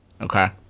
Okay